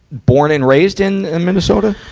born and raised in, in minnesota?